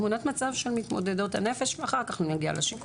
תמונת מצב של מתמודדות הנפש, אחר כך נגיע לשיקום.